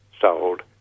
sold